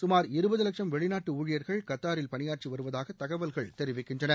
சுமார் இருபது வட்சம் வெளிநாட்டு ஊழியர்கள் கத்தாரில் பணியாற்றி வருவதாக தகவல்கள் தெரிவிக்கின்றன